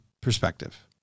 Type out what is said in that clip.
perspective